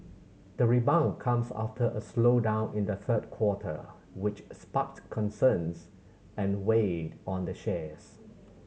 the rebound comes after a slowdown in the third quarter which sparked concerns and weighed on the shares